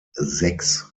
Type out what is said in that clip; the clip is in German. sex